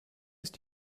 ist